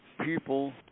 people